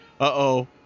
Uh-oh